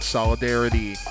Solidarity